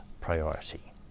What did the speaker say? priority